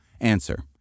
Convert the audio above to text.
answer